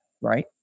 Right